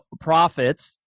profits